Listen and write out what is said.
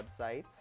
websites